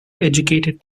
educated